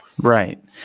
Right